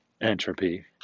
entropy